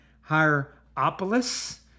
Hierapolis